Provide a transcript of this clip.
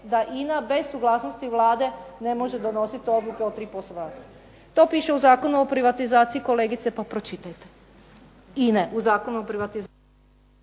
da INA bez suglasnosti Vlade ne može donositi odluke o .../Govornica se ne razumije./... To piše u Zakonu o privatizaciji kolegice, pa pročitajte. INA-e u Zakonu o privatizaciji.